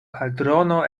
kaldrono